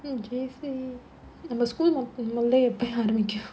hmm J_C நம்ம:namma school உள்ள எப்போ ஆரம்பிக்கும்:ulla eppo aarambikkum